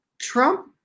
Trump